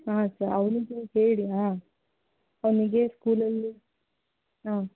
ಹಾಂ ಸರ್ ಅವನಿಗೂ ಹೇಳಿ ಹಾಂ ಅವನಿಗೆ ಸ್ಕೂಲಲ್ಲಿ ಹಾಂ